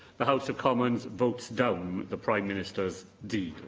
the house of commons votes down the prime minister's deal.